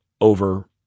over